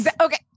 Okay